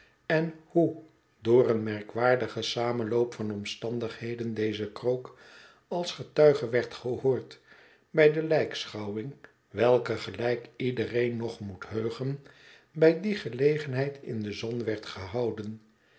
en hoe door een merkwaardigen samenloop van omstandigheden deze krook als getuige werd gehoord bij de lijkschouwing welke gelijk iedereen nog moet heugen bij die gelegenheid in de zon werd gehouden